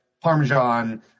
Parmesan